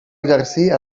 exercir